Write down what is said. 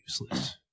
useless